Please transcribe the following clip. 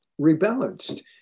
rebalanced